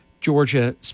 Georgia